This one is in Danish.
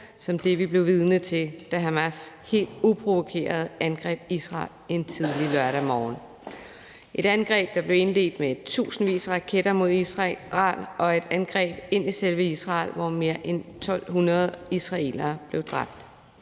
som det, vi blev vidne til, da Hamas helt uprovokeret angreb Israel en tidlig lørdag morgen, et angreb, der blev indledt med tusindvis af raketter mod Israel, og et angreb ind i selve Israel, hvor mere end 1.200 israelere blev dræbt,